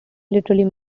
literally